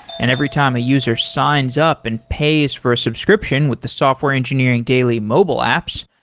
and every time a user signs up and pays for a subscription with the software engineering daily mobile apps,